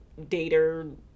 dater